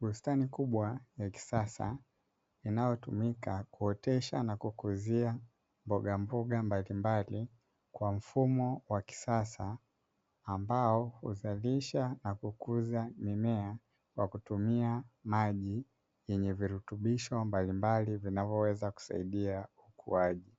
Bustani kubwa ya kisasa inayotumika kuotesha na kukuzia mbogamboga mbalimbali kwa mfumo wa kisasa, ambao huzalisha na kukuza mimea kwa kutumia maji yenye virutubisho mbalimbali vinavyoweza kusaidia ukuaji